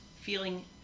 feeling